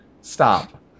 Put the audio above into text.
stop